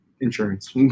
insurance